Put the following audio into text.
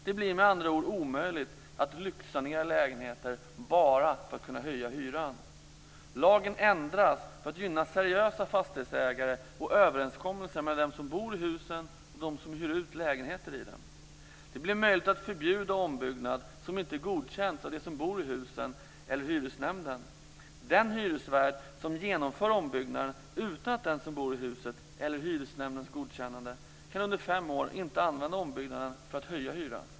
Det blir med andra ord omöjligt att lyxsanera lägenheter bara för att kunna höja hyran. Lagen ändras för att gynna seriösa fastighetsägare och överenskommelser mellan dem som bor i husen och dem som hyr ut lägenheter i dem. Det blir möjligt att förbjuda ombyggnad som inte godkänts av dem som bor i husen eller hyresnämnden. Den hyresvärd som genomför ombyggnader utan godkännande från dem som bor i huset eller från hyresnämnden kan under fem år inte använda ombyggnaden för att höja hyran.